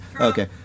Okay